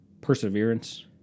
perseverance